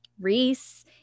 Reese